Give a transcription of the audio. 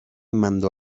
mandó